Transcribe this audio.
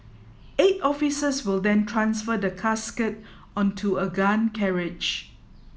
eight officers will then transfer the casket onto a gun carriage